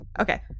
Okay